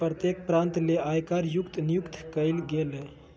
प्रत्येक प्रांत ले आयकर आयुक्त नियुक्त कइल गेलय